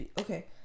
Okay